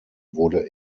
wurde